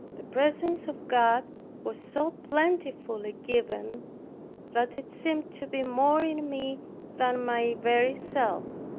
the presence of god was so plentifully given that it seemed to be more in me than my very self.